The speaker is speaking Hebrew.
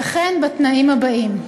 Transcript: וכן בתנאים הבאים: